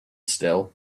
still